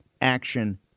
action